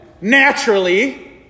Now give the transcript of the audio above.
naturally